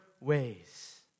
ways